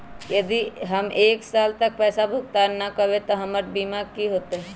यदि हम एक साल तक पैसा भुगतान न कवै त हमर बीमा के की होतै?